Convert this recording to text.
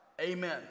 Amen